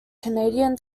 canadian